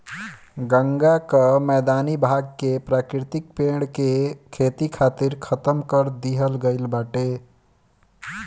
गंगा कअ मैदानी भाग के प्राकृतिक पेड़ के खेती खातिर खतम कर दिहल गईल बाटे